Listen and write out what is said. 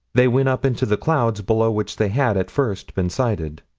they went up into the clouds below which they had, at first, been sighted.